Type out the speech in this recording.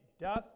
doth